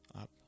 up